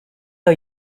are